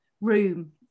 room